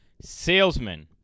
salesman